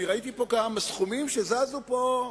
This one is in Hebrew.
ראיתי סכומים שזזו פה,